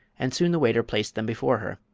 and soon the waiter placed them before her.